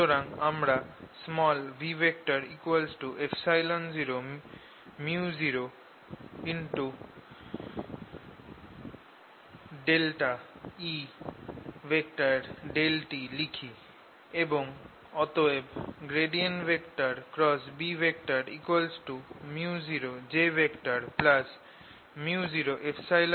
সুতরাং আমরা v 0µ0E∂t লিখি এবং অতএব B µojµ00E∂t